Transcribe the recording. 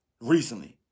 recently